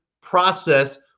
process